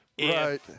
Right